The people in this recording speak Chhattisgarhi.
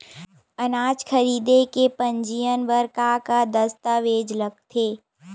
अनाज खरीदे के पंजीयन बर का का दस्तावेज लगथे?